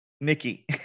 Nikki